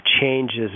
changes